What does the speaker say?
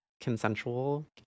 consensual